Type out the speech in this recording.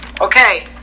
Okay